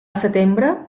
setembre